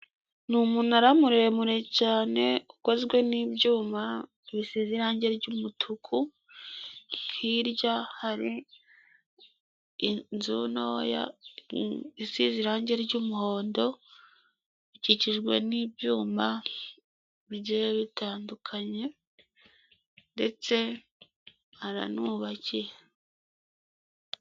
Ni umunara muremure cyane, ukozwe n'ibyuma bisize irangi ry'umutuku, hirya hari inzu ntoya isize irangi ry'umuhondo, ikikijwe n'ibyuma bigiye bitandukanye, ndetse haranubakiye.